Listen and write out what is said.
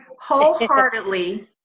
Wholeheartedly